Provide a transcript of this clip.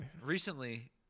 Recently